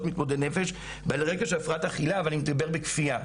מתמודדי נפש בעלי רקע של הפרעת אכילה - ואני מדבר על אשפוז בכפייה.